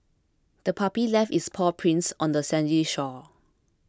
the puppy left its paw prints on the sandy shore